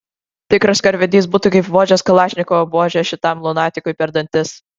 tikras karvedys būtų kaip vožęs kalašnikovo buože šitam lunatikui per dantis